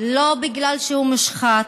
לא כי הוא מושחת,